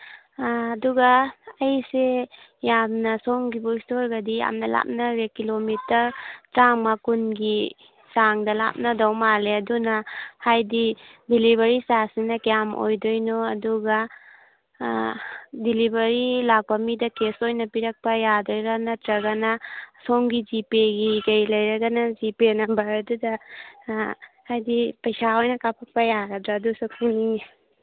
ꯑꯗꯨꯒ ꯑꯩꯁꯤ ꯌꯥꯝꯅ ꯁꯣꯝꯒꯤ ꯕꯨꯛ ꯏꯁꯇꯣꯔꯒꯗꯤ ꯌꯥꯝꯅ ꯂꯥꯞꯅꯔꯦ ꯀꯤꯂꯣꯃꯤꯇꯔ ꯇꯔꯥꯃꯉꯥ ꯀꯨꯟꯒꯤ ꯆꯥꯡꯗ ꯂꯥꯞꯅꯗꯧ ꯃꯥꯜꯂꯦ ꯑꯗꯨꯅ ꯍꯥꯏꯗꯤ ꯗꯤꯂꯤꯚꯔꯤ ꯆꯥꯔꯖꯇꯨꯅ ꯀꯌꯥꯝ ꯑꯣꯏꯗꯣꯏꯅꯣ ꯑꯗꯨꯒ ꯗꯤꯂꯤꯚꯔꯤ ꯂꯥꯛꯄ ꯃꯤꯗ ꯀꯦꯁ ꯑꯣꯏꯅ ꯄꯤꯔꯛꯄ ꯌꯥꯗꯣꯏꯔ ꯅꯠꯇ꯭ꯔꯒꯅ ꯁꯣꯝꯒꯤ ꯖꯤꯄꯦꯒꯤ ꯀꯩꯀꯩ ꯂꯩꯔꯒꯅ ꯖꯤꯄꯦ ꯅꯝꯕꯔꯗꯨꯗ ꯍꯥꯏꯗꯤ ꯄꯩꯁꯥ ꯑꯣꯏꯅ ꯀꯥꯞꯄꯛꯄ ꯌꯥꯒꯗ꯭ꯔꯥ ꯑꯗꯨꯁꯨ ꯈꯪꯅꯤꯡꯏ